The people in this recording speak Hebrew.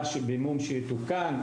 והמום מתוקן.